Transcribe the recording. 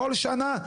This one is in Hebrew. כל שנה,